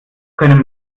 können